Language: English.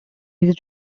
his